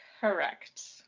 Correct